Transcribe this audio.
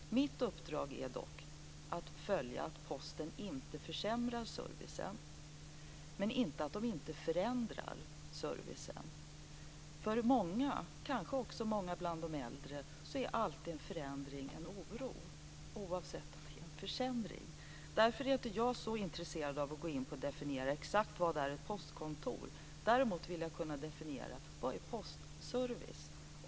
Mitt uppdrag är dock att följa att Posten inte försämrar servicen - inte att de inte förändrar servicen. För många, kanske också bland de äldre, är alltid en förändring en källa till oro oavsett om det också är en försämring. Därför är jag inte så intresserad av att gå in på att definiera exakt vad som är ett postkontor. Däremot vill jag kunna definiera vad som är postservice.